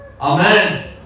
Amen